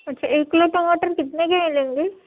اچھا ایک کلو ٹماٹر کتنے کے ملیں گی